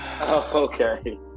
Okay